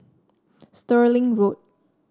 Stirling Road